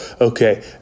okay